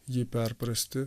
jį perprasti